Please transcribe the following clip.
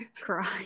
cry